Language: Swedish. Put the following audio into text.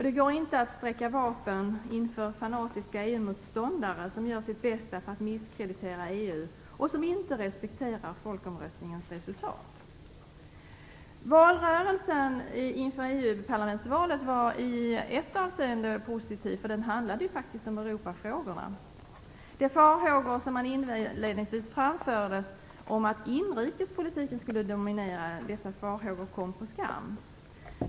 Det går inte att sträcka vapen inför fanatiska EU motståndare, som gör sitt bästa för att misskreditera EU och som inte respekterar folkomröstningens resultat. Valrörelsen inför EU-parlamentsvalet var i ett avseende positiv - den handlade faktiskt om Europafrågorna. De farhågor som inledningsvis framfördes om att inrikespolitiken skulle dominera kom på skam.